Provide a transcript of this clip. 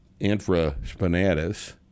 infraspinatus